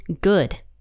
good